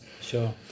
Sure